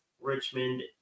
Richmond